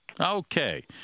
Okay